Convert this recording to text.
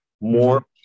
More